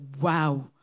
wow